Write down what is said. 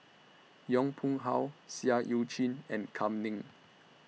Yong Pung How Seah EU Chin and Kam Ning